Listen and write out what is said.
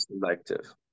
selective